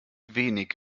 wenig